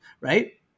right